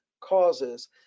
causes